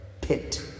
pit